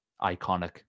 iconic